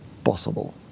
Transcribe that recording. possible